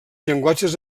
llenguatges